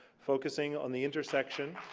focusing on the intersection